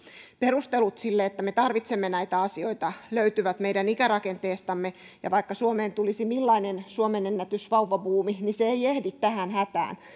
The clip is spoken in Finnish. perustelut sille että me tarvitsemme näitä asioita löytyvät meidän ikärakenteestamme vaikka suomeen tulisi millainen suomen ennätys vauvabuumi niin se ei ehdi tähän hätään